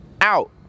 out